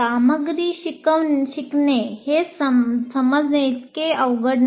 सामग्री शिकणे हे समजणे इतके अवघड नाही